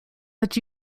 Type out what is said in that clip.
that